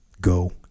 go